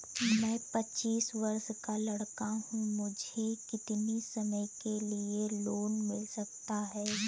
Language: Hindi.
मैं पच्चीस वर्ष का लड़का हूँ मुझे कितनी समय के लिए लोन मिल सकता है?